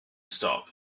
stop